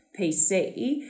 PC